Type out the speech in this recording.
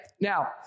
Now